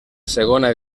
segona